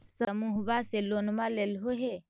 समुहवा से लोनवा लेलहो हे?